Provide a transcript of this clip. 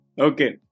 Okay